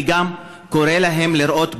אני גם קורא להם לראות בנו,